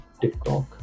TikTok